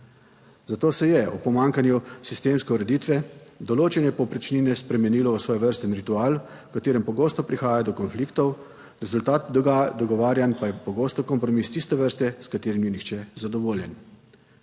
Zato se je ob pomanjkanju sistemske ureditve določanje povprečnine spremenilo v svojevrsten ritual, v katerem pogosto prihaja do konfliktov, rezultat dogovarjanj pa je pogosto kompromis tiste vrste, s katerim ni nihče zadovoljen.